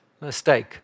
mistake